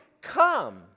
come